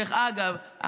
דרך אגב,